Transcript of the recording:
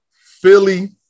Philly